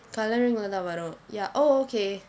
colouring லே தான் வரும்:le thaan varum ya oh okay